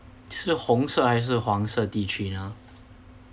是红色还是黄色地区呢